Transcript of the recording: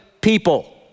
people